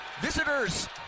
visitor's